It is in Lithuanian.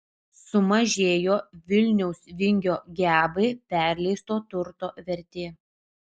sumažėjo vilniaus vingio gebai perleisto turto vertė